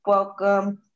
Welcome